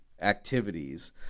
activities